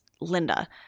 Linda